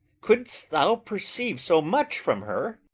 couldst thou perceive so much from her?